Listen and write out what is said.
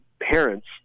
parents